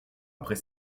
après